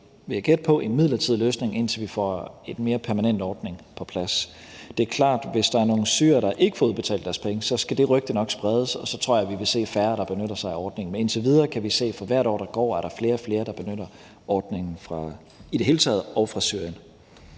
vil jeg gætte på – en midlertidig løsning, indtil vi får en mere permanent ordning på plads. Det er klart, at hvis der er nogle syrere, der ikke får udbetalt deres penge, skal det rygte nok spredes, og så tror jeg, at vi vil se færre, der benytter sig af ordningen. Men indtil videre kan vi se, at for hvert år, der går, er der i det hele taget flere og flere, der benytter ordningen, også fra Syrien.